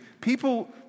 People